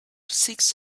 six